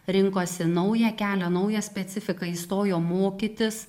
rinkosi naują kelią naują specifiką įstojo mokytis